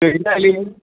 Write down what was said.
तुगे कितली आयली